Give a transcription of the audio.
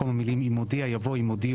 במקום המילים 'אם הודיע' יבוא 'אם הודיעו